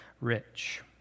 rich